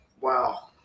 wow